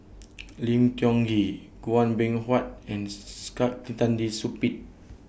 Lim Tiong Ghee Chua Beng Huat and Saktiandi Supaat